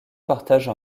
partage